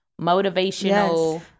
motivational